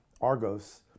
Argos